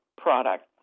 product